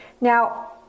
Now